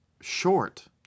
short